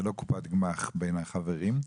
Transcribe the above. זה לא קופת גמ"ח בין החברים,